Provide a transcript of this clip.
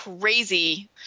crazy